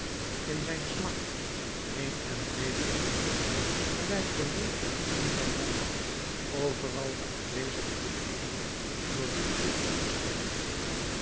in zijn smart heen en wedergaande gelijk de wolf in zijn hok overal de afwezige zoekende door liefde verstompt